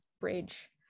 bridge